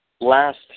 last